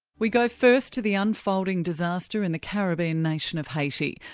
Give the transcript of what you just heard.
we go first to the unfolding disaster in the caribbean nation of haiti.